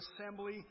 assembly